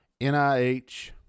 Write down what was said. NIH